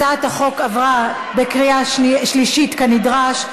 הצעת החוק עברה בקריאה שלישית כנדרש,